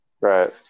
right